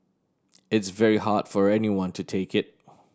it's very hard for anyone to take it